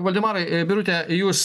valdemarai birute jūs